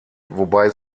wobei